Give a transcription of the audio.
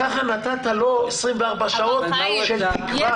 נתת לו 24 שעות של תקווה.